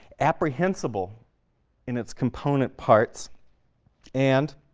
apprehensible in its component parts and